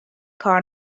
کار